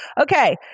Okay